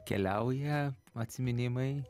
keliauja atsiminimai